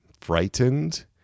frightened